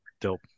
Dope